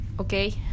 okay